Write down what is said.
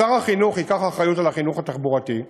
ששר החינוך ייקח אחריות על החינוך התחבורתי,